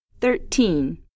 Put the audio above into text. Thirteen